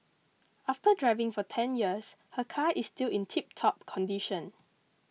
after driving for ten years her car is still in tiptop condition